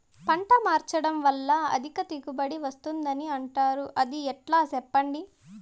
పంట మార్చడం వల్ల అధిక దిగుబడి వస్తుందని అంటారు అది ఎట్లా సెప్పండి